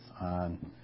on